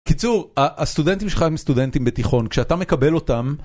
קיצור הסטודנטים שלך הם סטודנטים בתיכון כשאתה מקבל אותם.